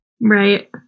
Right